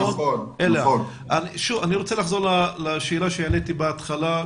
אני רוצה לחזור לשאלה שהעליתי בהתחלה,